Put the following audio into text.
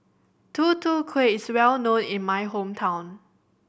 Tutu Kueh is well known in my hometown